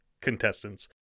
contestants